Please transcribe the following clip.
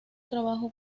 trabajo